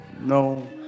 no